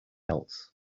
else